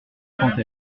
trente